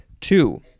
Two